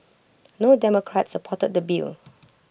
no democrats supported the bill